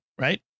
Right